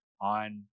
on